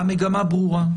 המגמה ברורה.